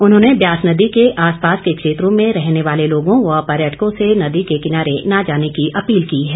उन्होंने ब्यास नदी के आसपास के क्षेत्रों में रहने वाले लोगों व पर्यटकों से नदी के किनारे न जाने की अपील की है